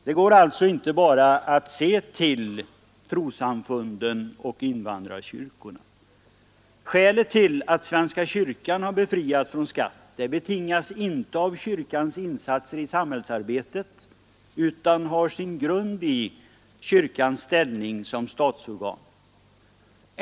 Det går alltså inte att bara se till trossamfunden och invandrarkyrkorna. Att svenska kyrkan befriats från skatt betingas inte av kyrkans insatser i samhällsarbetet utan har sin grund i kyrkans ställning som statsorgan.